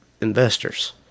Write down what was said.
investors